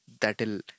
that'll